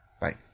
bye